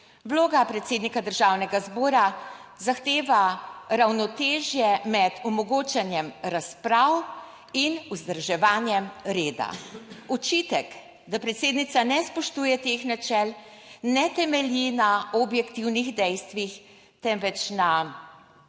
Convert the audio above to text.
Vloga predsednika Državnega zbora zahteva ravnotežje med omogočanjem razprav in vzdrževanjem reda. Očitek, da predsednica ne spoštuje teh načel, ne temelji na objektivnih dejstvih, temveč na selektivni